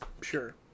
Sure